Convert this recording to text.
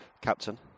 Captain